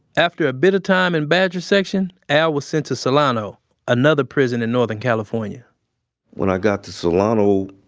after a bit of time in badger section, al was sent to solano another prison in northern california when i got to solano,